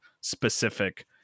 specific